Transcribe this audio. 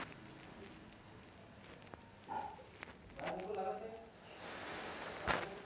कडूलिंब, लौकी, कोथिंबीर, टरबूज या फळांवर कुजण्याच्या रोगाचा प्रादुर्भाव होतो